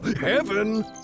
Heaven